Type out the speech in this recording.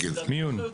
מיון.